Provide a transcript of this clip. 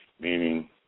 meaning